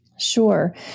Sure